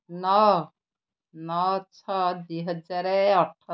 ନଅ ନଅ ଛଅ ଦୁଇ ହଜାର ଅଠର